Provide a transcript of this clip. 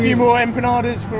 yeah more empanadas